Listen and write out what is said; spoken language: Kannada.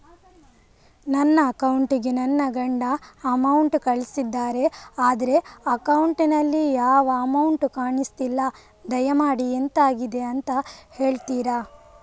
ನನ್ನ ಅಕೌಂಟ್ ಗೆ ನನ್ನ ಗಂಡ ಅಮೌಂಟ್ ಕಳ್ಸಿದ್ದಾರೆ ಆದ್ರೆ ಅಕೌಂಟ್ ನಲ್ಲಿ ಯಾವ ಅಮೌಂಟ್ ಕಾಣಿಸ್ತಿಲ್ಲ ದಯಮಾಡಿ ಎಂತಾಗಿದೆ ಅಂತ ಹೇಳ್ತೀರಾ?